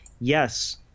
yes